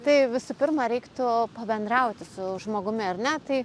tai visų pirma reiktų pabendrauti su žmogumi ar ne tai